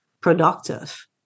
productive